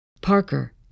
Parker